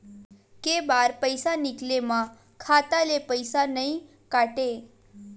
के बार पईसा निकले मा खाता ले पईसा नई काटे?